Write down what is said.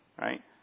Right